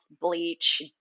bleach